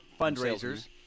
fundraisers